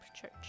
Church